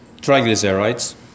triglycerides